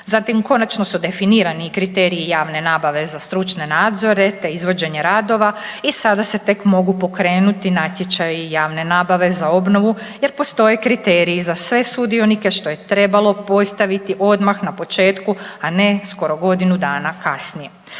Zatim konačno su definirani i kriteriji javne nabave za stručne nadzore te izvođenje radova i sada se tek mogu pokrenuti natječaji i javne nabave za obnovu jer postoje kriteriji za sve sudionike što je trebalo postaviti odmah na početku, a ne skoro godinu dana kasnije.